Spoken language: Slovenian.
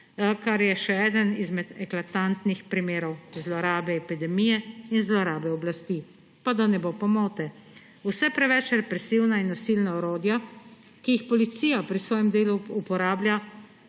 kar je še eden izmed eklatantnih primerov zlorabe epidemije in zlorabe oblasti. Pa da ne bo pomote, vse preveč represivna in nasilna orodja, ki jih policija pri svojem delu uporablja,